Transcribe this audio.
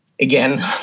again